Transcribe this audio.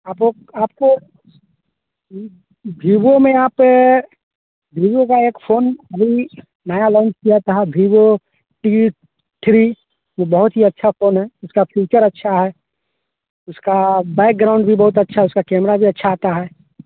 आपो आपको बीवो में आप बीवो का एक फ़ोन अभी नया लांँच किया था बीवो टी थ्री वह बहुत ही अच्छा फ़ोन है उसका फीचर अच्छा है उसका बैकग्राउंड भी बहुत अच्छा है उसका कैमरा भी अच्छा आता है